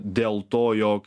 dėl to jog